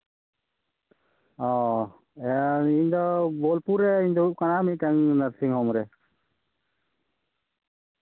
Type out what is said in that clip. ᱚᱻ ᱤᱧ ᱫᱚ ᱵᱳᱞᱯᱩᱨ ᱨᱤᱧ ᱫᱩᱲᱩᱯ ᱟᱠᱟᱱᱟ ᱢᱤᱫᱴᱟᱱ ᱱᱟᱨᱥᱤᱝ ᱦᱳᱢ ᱨᱮ